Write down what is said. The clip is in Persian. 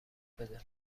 بده